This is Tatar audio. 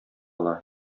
ала